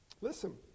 listen